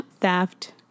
Theft